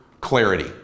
clarity